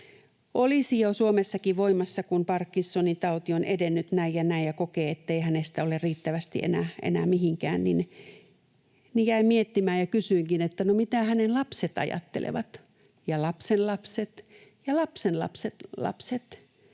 olisi jo Suomessakin voimassa, kun Parkinsonin tauti on edennyt näin ja näin, ja kokevat, ettei heistä ole riittävästi enää mihinkään. Jäin miettimään ja kysyinkin, että no, mitä hänen lapsensa ja lapsenlapsensa ja lapsenlapsenlapsensa